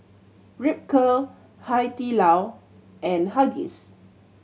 Ripcurl Hai Di Lao and Huggies